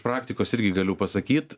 praktikos irgi galiu pasakyt